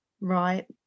right